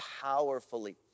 powerfully